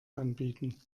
anbieten